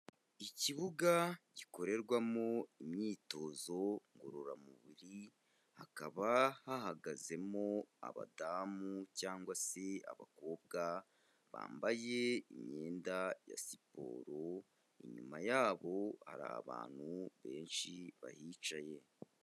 Ikibuga gikorerwamo imyitozo ngororamubiri, hakaba hahagazemo abadamu cyangwa se abakobwa, bambaye imyenda ya siporo, inyuma yabo hari abantu benshi bahicaye.